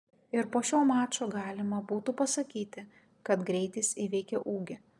ir po šio mačo galima būtų pasakyti kad greitis įveikė ūgį